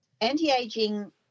Anti-aging